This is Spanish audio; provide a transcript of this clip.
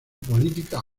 política